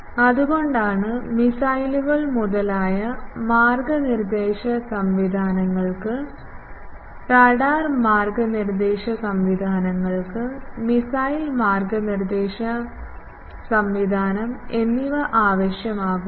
അതുകൊണ്ടാണ് മിസൈലുകൾ മുതലായ മാർഗ്ഗനിർദ്ദേശ സംവിധാനങ്ങൾക്ക് റഡാർ മാർഗ്ഗനിർദ്ദേശ സംവിധാനങ്ങൾക്ക് മിസൈൽ മാർഗ്ഗനിർദ്ദേശ സംവിധാനം എന്നിവ ആവശ്യമാകുമ്പോൾ